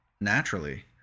naturally